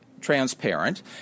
transparent